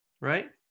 right